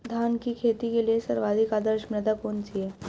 धान की खेती के लिए सर्वाधिक आदर्श मृदा कौन सी है?